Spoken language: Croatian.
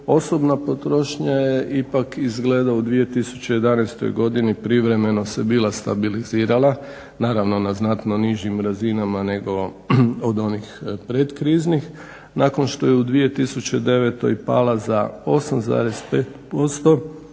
osobna potrošnja je ipak izgleda u 2011. godini privremeno se bila stabilizirala, naravno na znatno nižim razinama nego od onih predkriznih. Nakon što je u 2009.pala za 8,5%,